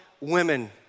women